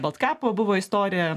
baltkapo buvo istorija